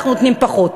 אנחנו נותנים פחות?